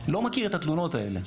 לא מכיר את התלונות האלה.